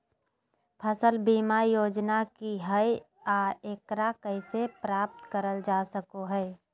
फसल बीमा योजना की हय आ एकरा कैसे प्राप्त करल जा सकों हय?